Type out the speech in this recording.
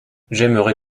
j’aimerai